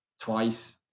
twice